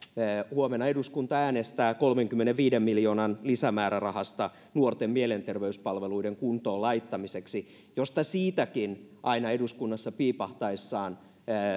huomenna eduskunta äänestää kolmenkymmenenviiden miljoonan lisämäärärahasta nuorten mielenterveyspalveluiden kuntoon laittamiseksi josta siitäkin aina eduskunnassa piipahtaessaan